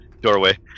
doorway